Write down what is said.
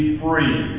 free